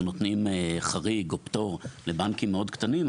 נותנים חריג או פטור לבנקים מאוד קטנים,